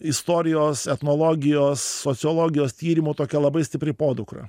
istorijos etnologijos sociologijos tyrimų tokia labai stipri podukra